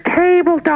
table